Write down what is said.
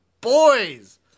Boys